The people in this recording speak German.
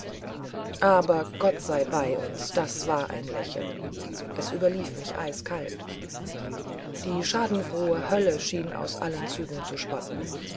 aber gott sei bei uns das war ein lächeln es überlief mich eiskalt die schadenfrohe hölle schien aus allen zügen zu spotten